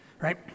right